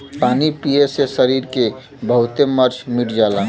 पानी पिए से सरीर के बहुते मर्ज मिट जाला